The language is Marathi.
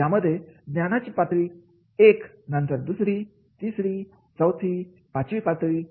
यामध्ये ज्ञानाची पातळी एक नंतर दुसरी तिसरी चौथी पाचवी पातळी